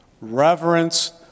reverence